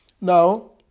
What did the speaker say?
now